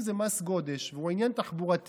אם זה מס גודש והוא עניין תחבורתי,